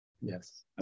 Yes